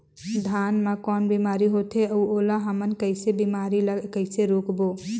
धान मा कौन बीमारी होथे अउ ओला हमन कइसे बीमारी ला कइसे रोकबो?